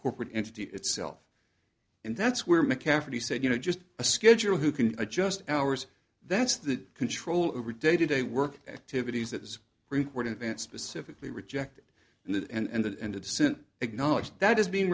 corporate entity itself and that's where mccafferty said you know just a schedule who can adjust hours that's the control over day to day work activities that is recorded and specifically rejected and that and that and the dissent acknowledged that is being